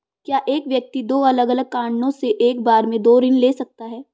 क्या एक व्यक्ति दो अलग अलग कारणों से एक बार में दो ऋण ले सकता है?